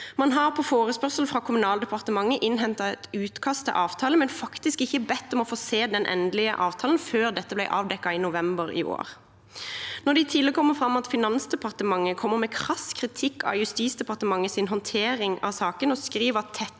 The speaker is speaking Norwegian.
Man har på forespørsel fra Kommunaldepartementet innhentet et utkast til avtale, men faktisk ikke bedt om å få se den endelige avtalen før dette ble avdekket i november i år. Når det i tillegg kommer fram at Finansdepartementet kommer med krass kritikk av Justisdepartementets håndte ring av saken, og skriver at